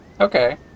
Okay